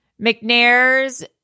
McNair's